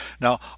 Now